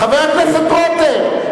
חבר הכנסת רותם,